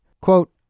Quote